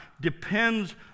depends